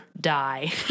die